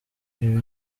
ibi